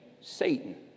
Satan